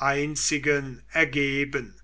einzigen ergeben